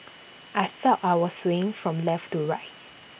I felt I was swaying from left to right